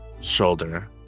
shoulder